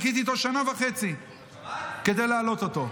חיכיתי איתו שנה וחצי כדי להעלות אותו.